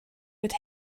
would